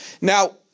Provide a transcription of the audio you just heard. Now